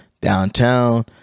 downtown